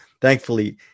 Thankfully